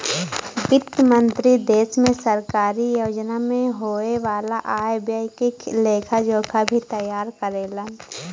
वित्त मंत्री देश में सरकारी योजना में होये वाला आय व्यय के लेखा जोखा भी तैयार करेलन